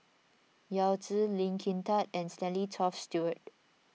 Yao Zi Lee Kin Tat and Stanley Toft Stewart